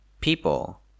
People